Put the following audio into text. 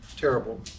Terrible